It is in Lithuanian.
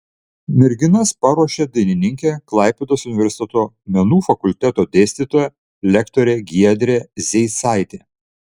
merginas paruošė dainininkė klaipėdos universiteto menų fakulteto dėstytoja lektorė giedrė zeicaitė